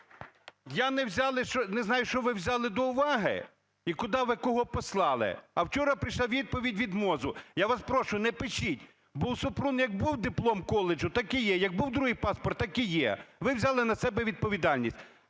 Я не знаю, що ви взяли до уваги і куди ви кого послали, а вчора прийшла відповідь від МОЗу. Я вас прошу, не пишіть, бо у Супрун як був диплом коледжу, так і є; як був другий паспорт, так і є. Ви взяли на себе відповідальність.